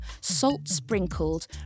salt-sprinkled